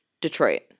detroit